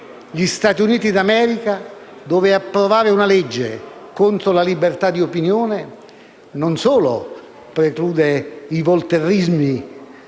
gli Stati Uniti d'America, dove approvare una legge contro la libertà d'opinione non solo preclude i voltairismi